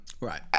right